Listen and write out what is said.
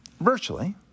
virtually